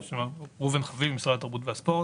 שלום, ראובן חביב, משרד התרבות והספורט,